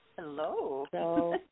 Hello